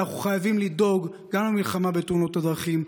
אנחנו חייבים לדאוג גם למלחמה בתאונות הדרכים,